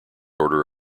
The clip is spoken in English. order